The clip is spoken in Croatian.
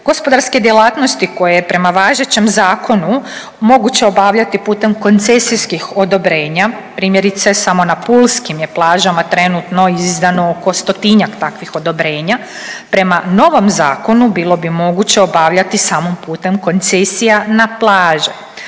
Gospodarske djelatnosti koje je prema važećem zakonu moguće obavljati putem koncesijskih odobrenja, primjerice samo na pulskim je plažama trenutno izdano oko 100-tinjak takvih odobrenja, prema novom zakonu bilo bi moguće obavljati samo putem koncesija na plaže,